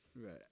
Right